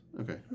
Okay